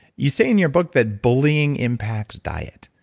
you say in your book that bullying impacts diet?